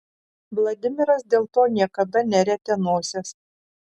vladimiras dėl to niekada nerietė nosies